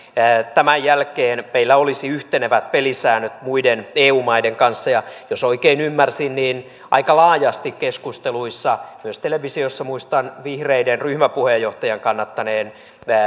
tämän jälkeen meillä olisi yhtenevät pelisäännöt muiden eu maiden kanssa ja jos oikein ymmärsin niin aika laajasti keskusteluissa kannatetaan myös televisiossa muistan vihreiden ryhmäpuheenjohtajan kannattaneen